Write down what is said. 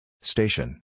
Station